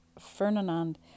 Fernand